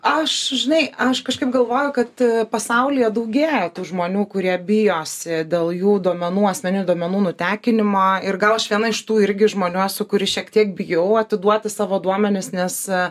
aš žinai aš kažkaip galvojau kad pasaulyje daugėja tų žmonių kurie bijosi dėl jų duomenų asmeninių duomenų nutekinimo ir gal aš viena iš tų irgi žmonių esu kuri šiek tiek bijau atiduoti savo duomenis nes